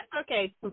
Okay